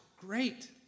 Great